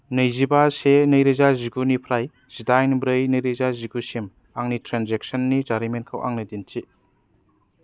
नैजिबा से नै रोजा जिगु निफ्राय जिदाइन ब्रै नै रोजा जिगु सिम आंनि ट्रेन्जेकसननि जारिमिनखौ आंनो दिन्थि